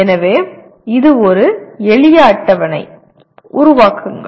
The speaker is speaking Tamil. எனவே இது ஒரு எளிய அட்டவணை உருவாக்குங்கள்